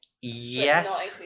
Yes